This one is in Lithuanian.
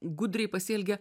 gudriai pasielgė